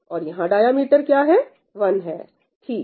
और यहां डायमीटर क्या है 1 है ठीक